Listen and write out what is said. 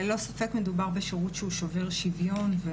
ללא ספק מדובר בשירות שובר שוויון.